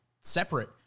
separate